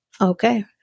Okay